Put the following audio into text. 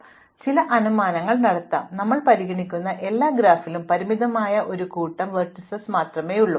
അതിനാൽ നമുക്ക് ചില അനുമാനങ്ങൾ നടത്താം ഞങ്ങൾ പരിഗണിക്കുന്ന ഏതൊരു ഗ്രാഫിലും പരിമിതമായ ഒരു കൂട്ടം ലംബങ്ങൾ മാത്രമേയുള്ളൂ